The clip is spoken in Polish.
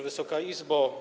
Wysoka Izbo!